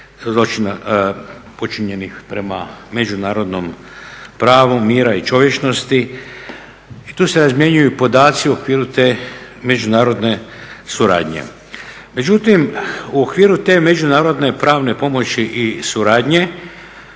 zločina počinjenih prema međunarodnom pravu mira i čovječnosti i tu se razmjenjuju podaci u okviru te međunarodne suradnje. Međutim, u okviru te međunarodne pravne pomoći i suradnje